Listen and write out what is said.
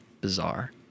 bizarre